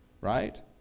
right